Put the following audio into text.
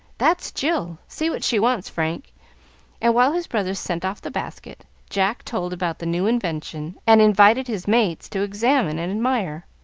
that's jill see what she wants, frank and while his brother sent off the basket, jack told about the new invention, and invited his mates to examine and admire.